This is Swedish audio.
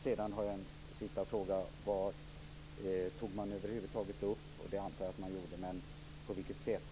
Sedan har jag en sista fråga: Tog man över huvud taget upp ozonuttunningen? Det antar jag att man gjorde, men på vilket sätt?